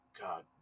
God